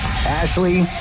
Ashley